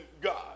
God